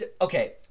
Okay